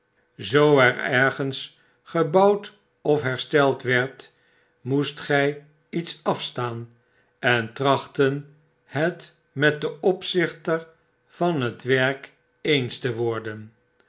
zoo er ergens gebouwd of hersteld werd moest gy iets afstaan en trachten het met den opzichter van het werk eens te worden